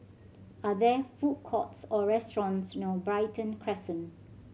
are there food courts or restaurants near Brighton Crescent